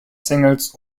singles